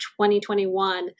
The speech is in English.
2021